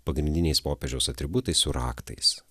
pagrindiniais popiežiaus atributais su raktais